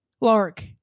Lark